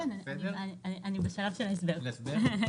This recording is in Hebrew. אני בשלב של ההסבר.